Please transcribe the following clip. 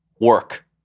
work